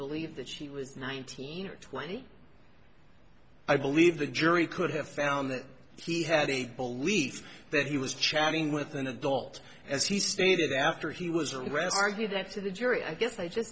believed that he was nineteen or twenty i believe the jury could have found that he had a belief that he was chatting with an adult as he stated after he was arrested i do that to the jury i guess they just